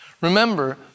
Remember